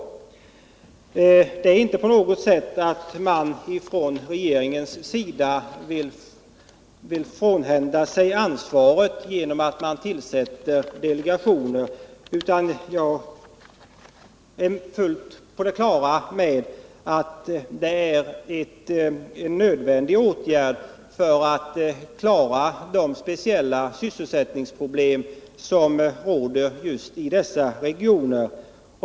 Det är inte alls så att regeringen vill frånhända sig ansvaret genom att tillsätta delegationer, utan det är en nödvändig åtgärd för att klara de speciella sysselsättningsproblem som råder just i dessa regioner.